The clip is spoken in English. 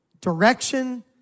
direction